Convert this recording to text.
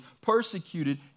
persecuted